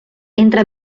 entra